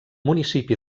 municipi